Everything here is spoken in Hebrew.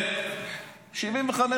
שירי, מספיק.